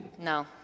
No